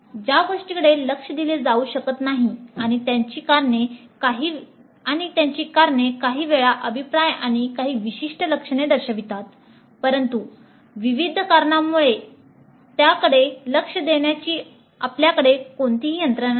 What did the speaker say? ज्या गोष्टींकडे लक्ष दिले जाऊ शकत नाही आणि त्याची कारणेः काही वेळा अभिप्राय काही विशिष्ट लक्षणे दर्शवितात परंतु विविध कारणांमुळे त्याकडे लक्ष देण्याची आपल्याकडे कोणतीही यंत्रणा नाही